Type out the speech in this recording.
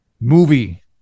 movie